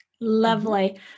Lovely